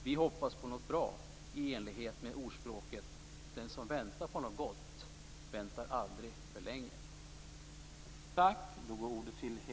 Vi hoppas på något bra, i enlighet med ordspråket att den som väntar på något gott aldrig väntar för länge.